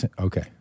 Okay